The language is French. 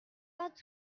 pas